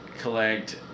collect